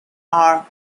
are